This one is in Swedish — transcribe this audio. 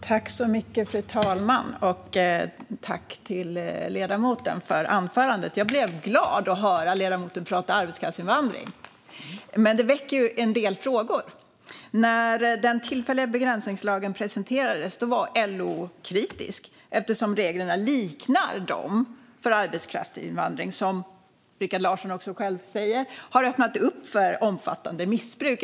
Fru talman! Tack, ledamoten, för anförandet! Jag blev glad av att höra ledamoten prata om arbetskraftsinvandring. Det väcker dock en del frågor. När den tillfälliga begränsningslagen presenterades var LO kritiskt eftersom reglerna liknar de regler för arbetskraftsinvandring som, vilket Rikard Larsson själv säger, har öppnat för omfattande missbruk.